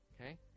Okay